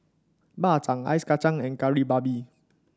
Bak Chang Ice Kacang and Kari Babi